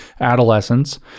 adolescence